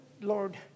Lord